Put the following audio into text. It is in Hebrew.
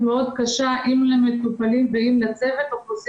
לכן צריך לעשות איזושהי